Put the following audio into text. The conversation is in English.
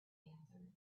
answered